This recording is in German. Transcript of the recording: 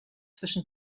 zwischen